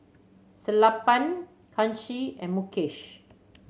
Sellapan Kanshi and Mukesh